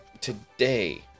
today